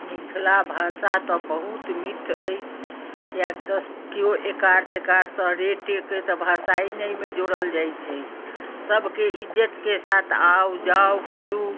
मिथिला भाषा तऽ बहुत मिठ्ठ अछि किएक तऽ केओ एकार तेकार सँ रे टे के तऽ भाषा अछि नहि एहिमे जोड़ल जाइ छै सबके ईज्जत के साथ आउ जाउ करू